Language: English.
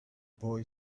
boy